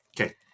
Okay